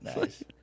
Nice